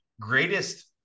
greatest